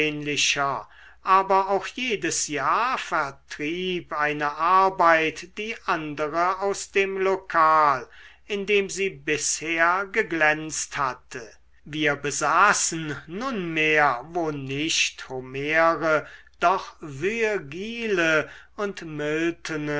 aber auch jedes jahr vertrieb eine arbeit die andere aus dem lokal in dem sie bisher geglänzt hatte wir besaßen nunmehr wo nicht homere doch virgile und miltone